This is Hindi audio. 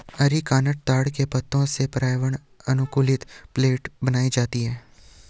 अरीकानट ताड़ के पत्तों से पर्यावरण अनुकूल प्लेट बनाई जाती है